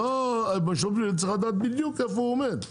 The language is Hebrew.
על משמעות פלילית צריך לדעת בדיוק איפה הוא עומד.